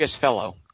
fellow